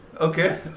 Okay